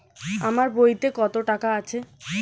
আমার বইতে কত টাকা আছে?